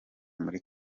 muri